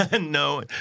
No